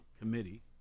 Committee